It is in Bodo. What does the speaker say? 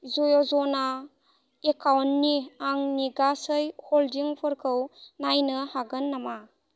य'जना एकाउन्टनि आंनि गासै हल्डिंफोरखौ नायनो हागोन नामा